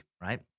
right